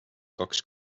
kaks